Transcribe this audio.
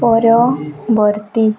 ପରବର୍ତ୍ତୀ